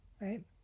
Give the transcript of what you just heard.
right